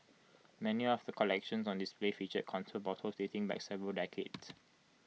many of the collections on display featured contour bottles dating back several decades